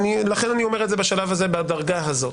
לכן אני אומר בשלב הזה בדרגה הזאת.